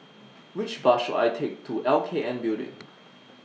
Which Bus should I Take to L K N Building